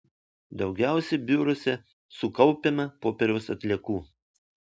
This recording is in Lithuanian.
daugiausiai biuruose sukaupiama popieriaus atliekų